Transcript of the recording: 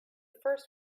first